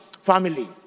family